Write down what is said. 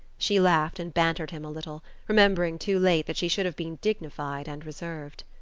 she laughed and bantered him a little, remembering too late that she should have been dignified and reserved.